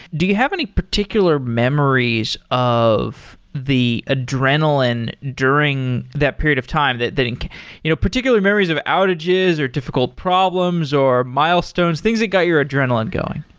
do you have any particular memories of the adrenaline during that period of time that that and you know particular memories of outages, or difficult problems, or milestones. things that got your adrenaline going?